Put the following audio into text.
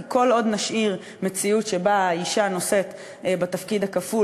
כי כל עוד נשאיר מציאות שבה האישה נושאת בתפקיד הכפול,